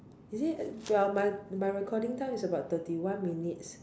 is it ya my my recording time is about thirty one minutes